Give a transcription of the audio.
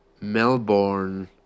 Melbourne